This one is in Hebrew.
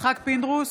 יצחק פינדרוס,